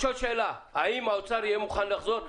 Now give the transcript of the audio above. האם האוצר יהיה מוכן לחזור?